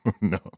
No